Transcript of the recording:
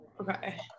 okay